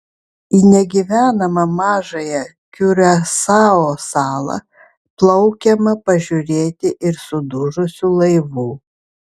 į negyvenamą mažąją kiurasao salą plaukiama pažiūrėti ir sudužusių laivų